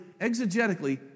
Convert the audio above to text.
exegetically